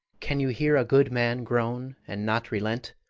can you hear a good man groan and not relent,